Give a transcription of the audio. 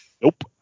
Nope